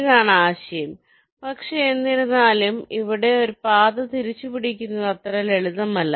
ഇതാണ് ആശയം പക്ഷേ എന്നിരുന്നാലും ഇവിടെ പാത തിരിച്ചുപിടിക്കുന്നത് അത്ര ലളിതമല്ല